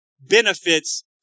benefits